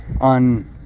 on